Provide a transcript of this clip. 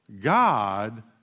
God